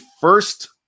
first